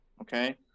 okay